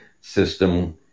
system